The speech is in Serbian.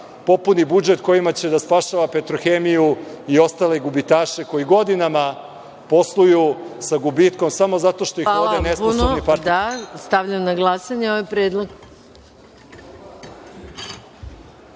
popuni budžet kojim će da spašava „Petrohemiju“ i ostale gubitaše koji godinama posluju sa gubitkom samo zato što ih vode nesposobnim … **Maja Gojković** Hvala. Stavljam na glasanje ovaj